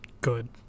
good